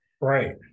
right